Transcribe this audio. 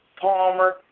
Palmer